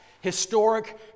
historic